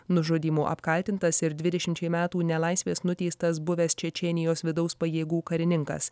nužudymu apkaltintas ir dvidešimčiai metų nelaisvės nuteistas buvęs čečėnijos vidaus pajėgų karininkas